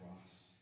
cross